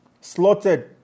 slotted